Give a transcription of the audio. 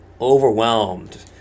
overwhelmed